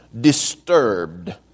disturbed